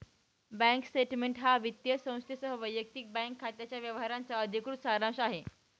bank statement हा वित्तीय संस्थेसह वैयक्तिक बँक खात्याच्या व्यवहारांचा अधिकृत सारांश आहे